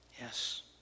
Yes